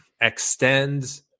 extend